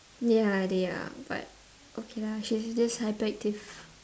ya they are but okay lah she's just hyperactive